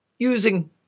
using